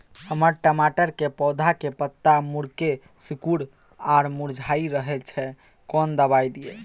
हमर टमाटर के पौधा के पत्ता मुड़के सिकुर आर मुरझाय रहै छै, कोन दबाय दिये?